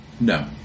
No